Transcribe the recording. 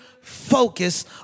focus